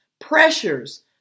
pressures